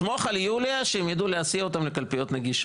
סמוך על יוליה שהם ידעו להסיע אותם לקלפיות נגישות.